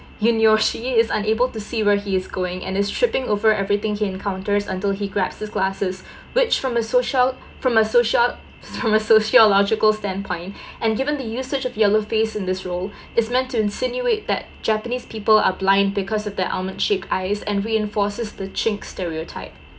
yunioshi is unable to see where he is going and is tripping over everything he encounters until he grabs his glasses which from a socio~ from a socio~ from a sociological stand point and given the usage of yellow face in this role is meant to insinuate that japanese people are blind because of their almond cheek eyes and reinforces their chink stereotype